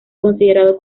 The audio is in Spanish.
considerado